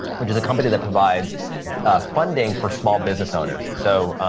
which is a company that provides funding for small business owners. so,